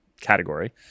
category